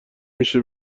میشه